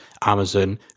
Amazon